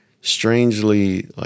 strangely